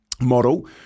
model